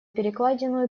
перекладину